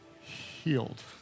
healed